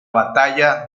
batalla